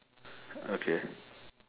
okay